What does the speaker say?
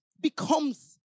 becomes